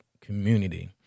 community